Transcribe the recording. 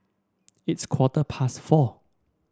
its quarter past four